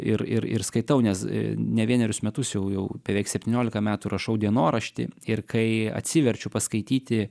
ir ir ir skaitau nes ne vienerius metus jau jau beveik septyniolika metų rašau dienoraštį ir kai atsiverčiau paskaityti